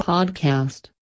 Podcast